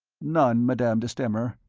none, madame de stamer.